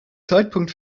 zeitpunkt